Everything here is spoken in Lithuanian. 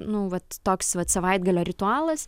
nu vat toks vat savaitgalio ritualas